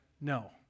No